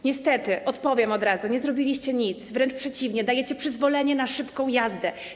Niestety, odpowiem od razu: Nie zrobiliście nic, wręcz przeciwnie, dajecie przyzwolenie na szybką jazdę.